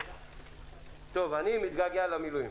אני מתגעגע למילואים.